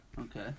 Okay